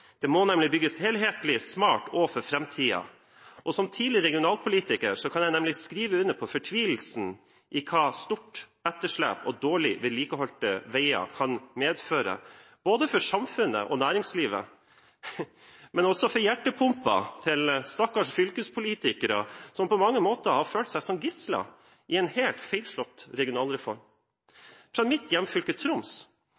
Det må nemlig bygges helhetlig, smart og for framtiden. Som tidligere regionalpolitiker kan jeg skrive under på fortvilelsen over hva stort etterslep og dårlig vedlikeholdte veier kan medføre, både for samfunnet og næringslivet, men også for hjertepumpen til stakkars fylkespolitikere som på mange måter har følt seg som gisler i en helt feilslått